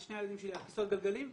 שני הילדים שלי על כיסאות גלגלים.